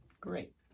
Great